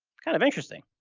kind of interesting.